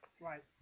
Right